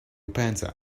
panza